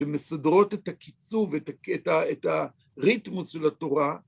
ומסדרות את הקיצוב, את הריתמוס של התורה.